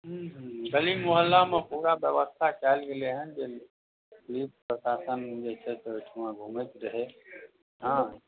गली मोहल्लामे पूरा बेबस्था कएल गेलै हँ जे प्रशासन जे छै से ओहिठमा घुमैत रहै हँ